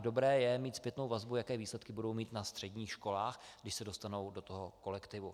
Dobré je mít zpětnou vazbu, jaké výsledky budou mít na středních školách, kdy se dostanou do kolektivu.